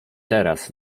teraz